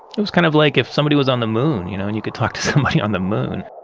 it was kind of like if somebody was on the moon you know and you could talk to somebody on the moon